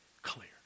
clear